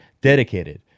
dedicated